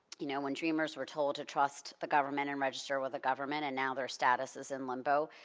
you know when dreamers were told to trust the government and register with the government, and now their status is in limbo,